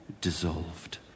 dissolved